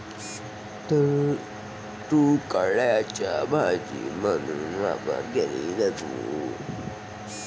तूरडाळीचा भाजी म्हणून वापर केला जातो